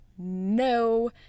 no